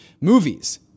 Movies